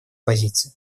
позиции